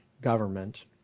government